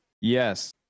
Yes